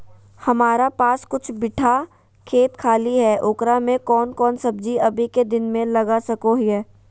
हमारा पास कुछ बिठा खेत खाली है ओकरा में कौन कौन सब्जी अभी के दिन में लगा सको हियय?